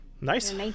nice